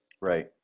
Right